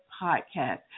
podcast